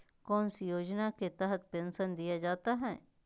कौन सी योजना के तहत पेंसन दिया जाता है?